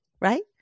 right